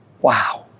Wow